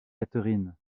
katherine